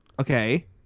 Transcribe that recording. Okay